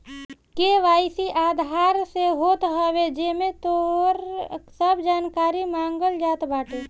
KYC Aadhaar से होत हवे जेमे तोहार सब जानकारी मांगल जात बाटे